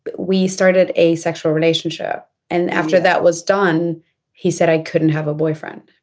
but we started a sexual relationship and after that was done he said i couldn't have a boyfriend.